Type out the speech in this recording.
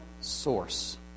source